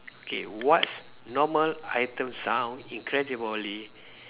okay what's normal item sound incredibly